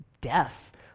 death